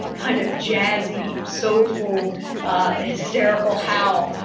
kind of jazzy, soulful, ah hysterical howl,